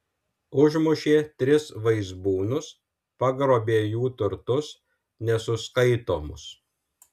užmušė tris vaizbūnus pagrobė jų turtus nesuskaitomus